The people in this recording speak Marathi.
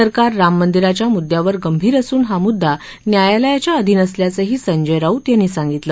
सरकार राममंदिराच्या मुद्यांवर गंभीर असून हा मुद्दा न्यायालयाच्या अधीन असल्याचंही संजय राऊत यांनी सांगितलं